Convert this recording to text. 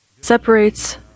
separates